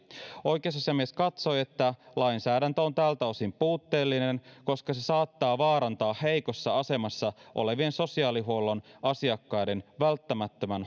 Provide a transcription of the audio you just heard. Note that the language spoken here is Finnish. oikeusasiamies katsoi että lainsäädäntö on tältä osin puutteellinen koska se saattaa vaarantaa heikossa asemassa olevien sosiaalihuollon asiakkaiden välttämättömän